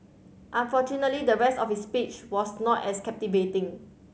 unfortunately the rest of his speech was not as captivating